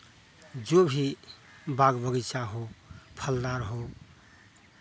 जो भी बाग बगीचा हो फलदार हो